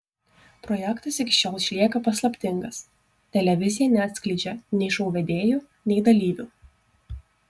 projektas iki šiol išlieka paslaptingas televizija neatskleidžia nei šou vedėjų nei dalyvių